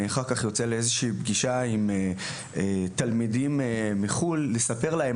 אני יוצא לפגישה עם תלמידים מחו"ל כדי לספר להם